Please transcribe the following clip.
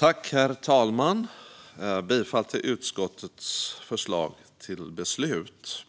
Herr talman! Jag yrkar bifall till utskottets förslag till beslut.